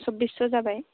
सबबिस्स' जाबाय